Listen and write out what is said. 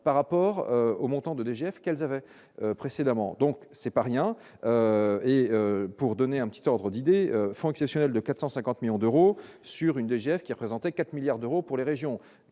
par rapport au montant de DGF qu'elles avaient précédemment, donc c'est pas rien et pour donner un petit ordre d'idée, font exceptionnelle de 450 millions d'euros sur une légère qui a présenté 4 milliards d'euros pour les régions,